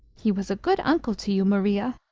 he was a good uncle to you, maria,